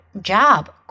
Job